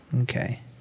Okay